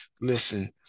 listen